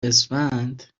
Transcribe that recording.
اسفند